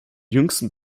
jüngsten